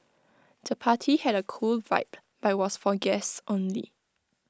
the party had A cool vibe but was for guests only